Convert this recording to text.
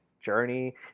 journey